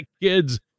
kids